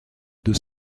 deux